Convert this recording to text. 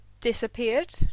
disappeared